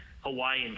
Hawaiian